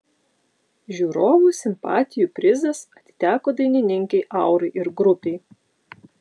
žiūrovų simpatijų prizas atiteko dainininkei aurai ir grupei